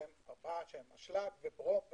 שהם אבץ, אשלג, ברום ופוספטים.